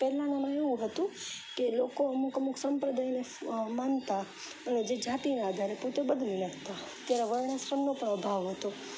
પહેલાનામાં એવું હતું કે લોકો અમુક અમુક સંપ્રદાયને માનતા અને જે જાતિના આધારે પોતે બદલી રહેતા ત્યારે વર્ણાશ્રમનો અભાવ હતો